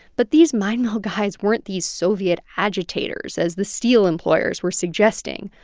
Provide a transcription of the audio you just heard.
but these mine mill guys weren't these soviet agitators, as the steel employers were suggesting.